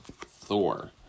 Thor